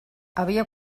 havia